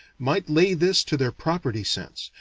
might lay this to their property sense,